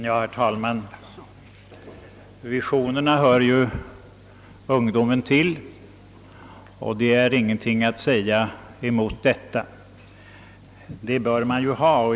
Herr talman! Visionerna hör ju ungdomen till och det är inget ont att säga om detta. Sådana bör man ju ha.